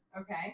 Okay